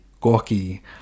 gawky